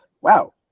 Wow